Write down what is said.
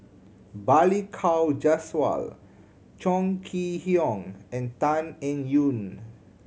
Balli Kaur Jaswal Chong Kee Hiong and Tan Eng Yoon